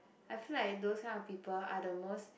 I feel like those kind of people are the most